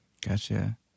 Gotcha